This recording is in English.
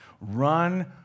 Run